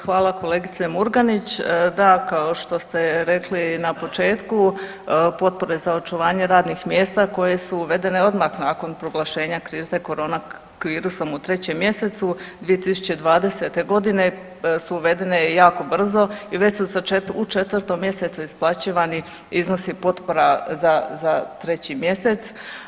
Hvala kolegice Murganić, da kao što ste rekli na početku, potpore za očuvanje radnih mjesta koje su uvedene odmah nakon proglašenje krize korona virusom u 3. mjesecu 2020. godine su uvedene jako brzo i već su se u, u 4. mjesecu isplaćivani iznosi potpora za, za 3. mjesec.